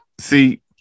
see